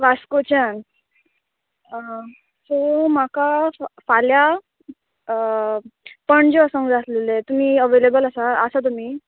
वास्कोच्यान सो म्हाका फाल्यां पणजे वसोंक जाय आसलेलें तुमी अवेलेबल आसा आसा तुमी